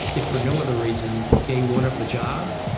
if for no other reason day one of the job,